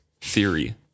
theory